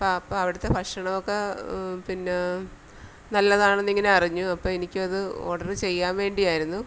അപ്പോള് അപ്പോള് അവിടുത്തെ ഭക്ഷണമൊക്കെ പിന്നെ നല്ലതാണെന്നിങ്ങനറിഞ്ഞു അപ്പോള് എനിക്കത് ഓഡര് ചെയ്യാൻ വേണ്ടിയായിരുന്നു